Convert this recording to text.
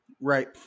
Right